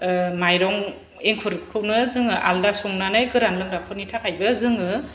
ओह मायरं एंखुरखौनो जोङो आलदा संनानै गोरान लोंग्राफोरनि थाखायबो जोङो